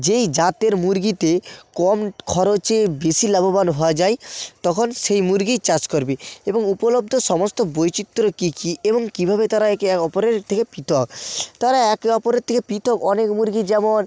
যেই জাতের মুরগিতে কম খরচে বেশি লাভবান হওয়া যায় তখন সেই মুরগিই চাষ করবে এবং উপলব্ধ সমস্ত বৈচিত্র্য কী কী এবং কীভাবে তারা একে অপরের থেকে পৃথক তারা একে অপরের থেকে পৃথক অনেক মুরগি যেমন